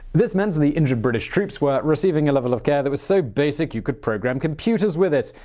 this meant and the injured british troops were receiving a level of care that was so basic, you could program computers with it.